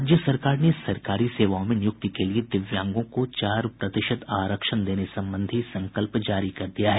राज्य सरकार ने सरकारी सेवाओं में नियुक्ति के लिये दिव्यांगों को चार प्रतिशत आरक्षण देने संबंधी संकल्प जारी कर दिया है